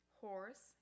horse